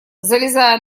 залезая